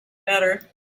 better